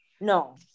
No